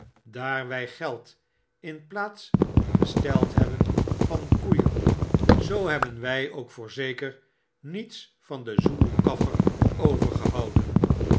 wy geld in de plaats gesteld hebben van koeien zoo hebben wy ook voorzeker niets van den zoeloe kalfer overgehouden